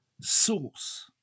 source